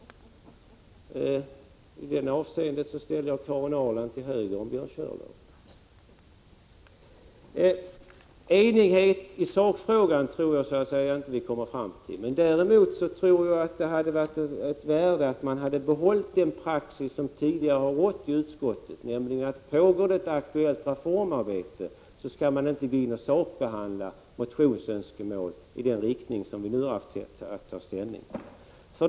I detta avseende ställer jag Karin Ahrland till höger om Björn Körlof. Jag tror inte att vi kan uppnå enighet i sakfrågan. Däremot tror jag att det hade varit av värde om vi hade kunnat behålla den praxis som tidigare har rått i utskottet, nämligen att man inte skall sakbehandla motionsönskemål av det slag vi nu har haft att ta ställning till, om det pågår ett reformarbete.